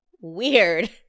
Weird